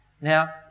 Now